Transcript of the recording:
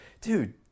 dude